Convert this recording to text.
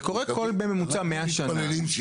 זה קורה בממוצע כל 100 שנה בממוצע.